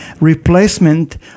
replacement